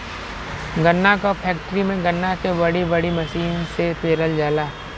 गन्ना क फैक्ट्री में गन्ना के बड़ी बड़ी मसीन से पेरल जाला